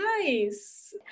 nice